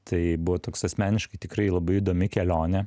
tai buvo toks asmeniškai tikrai labai įdomi kelionė